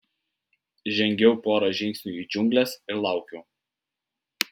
žengiau porą žingsnių į džiungles ir laukiau